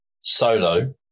solo